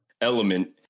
element